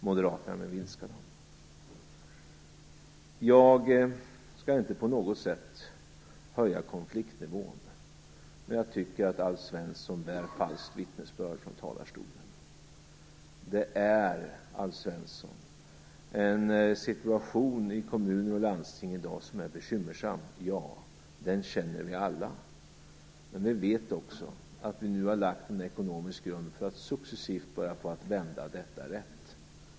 Moderaterna vill minska dem. Jag skall inte på något sätt höja konfliktnivån, men jag tycker att Alf Svensson bär falskt vittnesbörd från talarstolen. Det är, Alf Svensson, en situation i kommuner och landsting i dag som är bekymmersam, ja, och den känner vi alla. Men vi vet också att vi nu har lagt en ekonomisk grund för att successivt börja på att vända detta rätt.